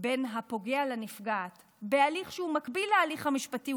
בין פוגע לנפגעת בהליך שהוא מקביל להליך המשפטי,